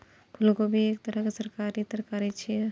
फूलगोभी एक तरहक तरकारी छियै